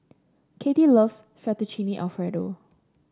Katie loves Fettuccine Alfredo